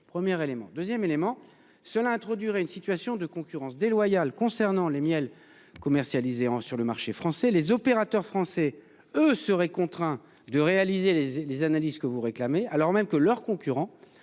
de ces amendements introduirait une situation de concurrence déloyale concernant les miels commercialisés sur le marché français. En effet, les opérateurs français seraient contraints de réaliser les analyses que vous réclamez, alors même que leurs concurrents,